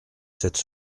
cette